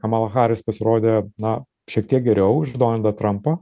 kamala haris pasirodė na šiek tiek geriau už donaldą trampą